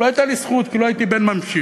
לא הייתה לי זכות כי לא הייתי בן ממשיך.